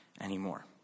anymore